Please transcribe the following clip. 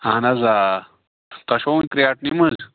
اہن حظ آ تۄہہِ چھُوا وٕنۍ کرٛیٹنٕے منٛز